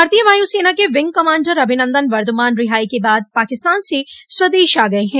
भारतीय वायुसेना के विंग कमांडर अभिनंदन वर्द्वमान रिहाई के बाद पाकिस्तान से स्वदेश आ गये हैं